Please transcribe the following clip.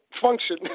Function